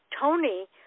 Tony